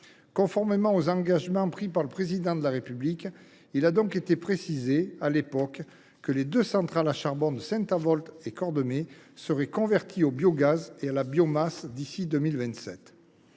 Conformément aux engagements pris par le Président de la République, il a donc été précisé à l’époque que les centrales à charbon de Saint Avold et Cordemais seraient converties au biogaz et à la biomasse d’ici à 2027.